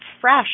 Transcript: fresh